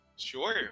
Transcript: Sure